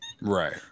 Right